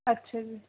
ਅੱਛਾ ਜੀ